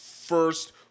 first